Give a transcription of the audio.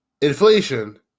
Inflation